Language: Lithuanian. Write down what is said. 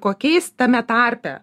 kokiais tame tarpe